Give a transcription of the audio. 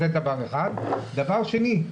דבר שני.